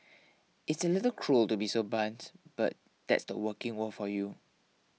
it's a little cruel to be so blunt but that's the working world for you